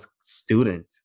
student